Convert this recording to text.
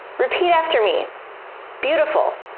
repeat after me beautiful,